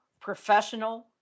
professional